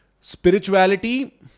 Spirituality